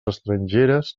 estrangeres